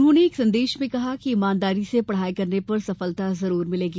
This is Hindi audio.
उन्होंने एक संदेश में कहा कि ईमानदारी से पढ़ाई करने पर सफलता जरूर मिलेगी